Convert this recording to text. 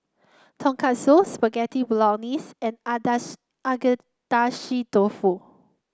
Tonkatsu Spaghetti Bolognese and Agedashi Dofu